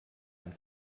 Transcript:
ein